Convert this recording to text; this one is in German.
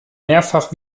mehrfach